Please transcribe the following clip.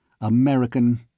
American